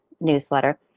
newsletter